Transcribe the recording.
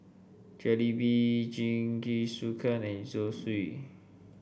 Jalebi Jingisukan and Zosui